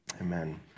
Amen